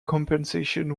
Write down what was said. compensation